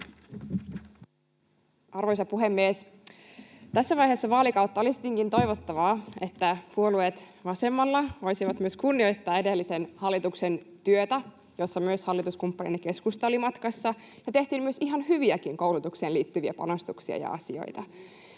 Arvoisa puhemies! Tässä vaiheessa vaalikautta olisi tietenkin toivottavaa, että puolueet vasemmalla voisivat kunnioittaa myös edellisen hallituksen työtä, jossa myös hallituskumppanina keskusta oli matkassa. Me tehtiin myös ihan hyviäkin koulutukseen liittyviä panostuksia ja asioita.